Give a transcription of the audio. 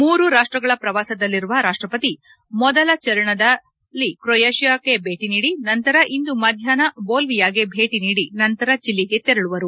ಮೂರು ರಾಷ್ಟ್ರಗಳ ಪ್ರವಾಸದಲ್ಲಿರುವ ರಾಷ್ಟ್ರಪತಿ ಮೊದಲು ಚರಣದ ಕ್ರೊಯೇಶಿಯಾ ಭೇಟಿ ನಂತರ ಇಂದು ಮಧ್ಯಾಹ್ನ ಬೋಲ್ವಿಯಾಗೆ ಭೇಟಿ ನೀಡಿ ನಂತರ ಚಿಲಿಗೆ ತೆರಳುವರು